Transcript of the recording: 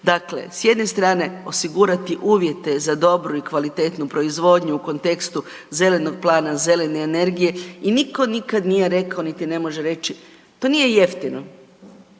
Dakle, s jedne strane osigurati uvjete za dobru i kvalitetnu proizvodnju u kontekstu zelenog plana, zelene energije i niko nikada nije rekao i niti ne može reći to nije jeftino,